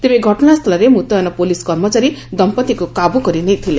ତେବେ ଘଟଶାସ୍ଚଳରେ ମୁତୟନ ପୁଲିସ୍ କର୍ମଚାରୀ ଦମ୍ମଭିଙ୍କ କାବ୍ରକରି ନେଇଥିଲେ